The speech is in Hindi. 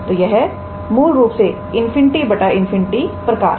तो यह मूल रूप से ∞∞ प्रकार है